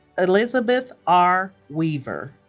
elizabeth r. weaver